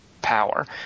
power